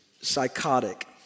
psychotic